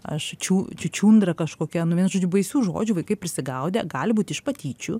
aš čiu čiučiūndra kažkokia nu vienu žodžiu baisių žodžių vaikai prisigaudę gali būt iš patyčių